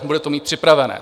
Bude to mít připravené.